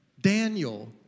Daniel